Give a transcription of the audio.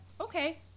Okay